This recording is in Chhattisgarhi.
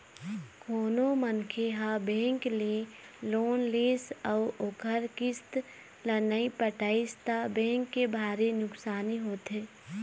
कोनो मनखे ह बेंक ले लोन लिस अउ ओखर किस्त ल नइ पटइस त बेंक के भारी नुकसानी होथे